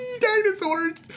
dinosaurs